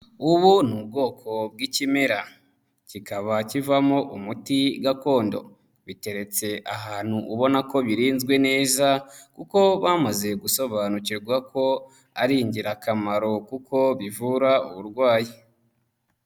Ubu ni ubwoko bw'ikimera, kikaba kivamo umuti gakondo, biteretse ahantu ubona ko birinzwe neza kuko bamaze gusobanukirwa ko ari ingirakamaro kuko bivura uburwayi.